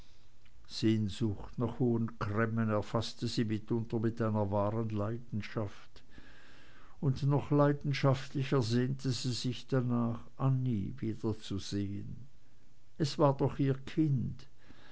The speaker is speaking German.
sehnsucht nach hohen cremmen erfaßte sie mitunter mit einer wahren leidenschaft und noch leidenschaftlicher sehnte sie sich danach annie wiederzusehen es war doch ihr kind